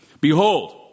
Behold